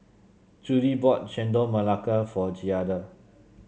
Judy bought Chendol Melaka for Giada